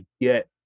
get